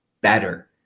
better